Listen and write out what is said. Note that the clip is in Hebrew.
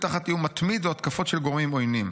תחת איום מתמיד או התקפות של גורמים עוינים.